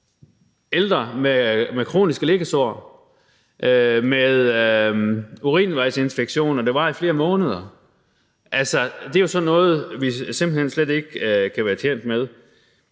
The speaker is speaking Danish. ældre med kroniske liggesår, med urinvejsinfektioner, der varer i flere måneder, så er det jo sådan noget, vi simpelt hen slet ikke kan være tjent med,